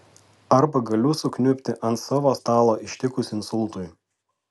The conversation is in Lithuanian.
arba galiu sukniubti ant savo stalo ištikus insultui